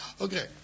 Okay